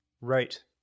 right